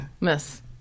Miss